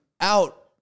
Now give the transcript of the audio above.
out